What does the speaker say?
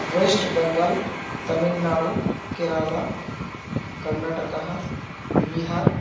waste Bengal Tamil Nadu Kerala कर्णाटकः बीहार्